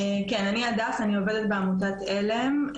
אני הדס, אני עובדת בעמותת עלם.